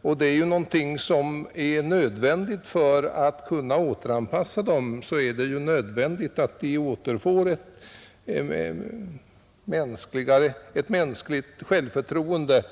För att en återanpassning till samhället skall kunna ske är det nödvändigt att de återfår sitt självförtroende.